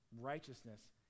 righteousness